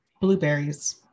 blueberries